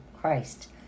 Christ